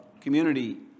community